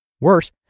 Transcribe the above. Worse